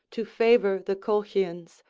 to favour the colchians,